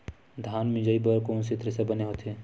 धान मिंजई बर कोन से थ्रेसर बने होथे?